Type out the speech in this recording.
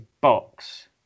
box